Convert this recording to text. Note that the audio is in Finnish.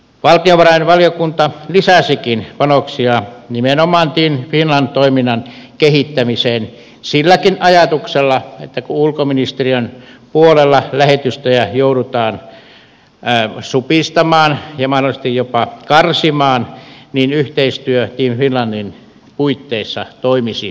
valtiovarainvaliokunta lisäsikin panoksia nimenomaan team finland toiminnan kehittämiseen silläkin ajatuksella että kun ulkoministeriön puolella lähetystöjä joudutaan supistamaan ja mahdollisesti jopa karsimaan niin yhteistyö team finlandin puitteissa toimisi paremmin